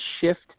shift